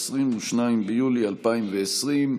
22 ביולי 2020,